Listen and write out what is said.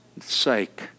sake